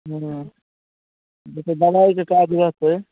हँ तऽ दवाइके काज उएह छै